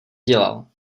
dělal